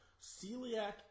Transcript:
celiac